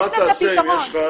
מה תעשה אם יש לך,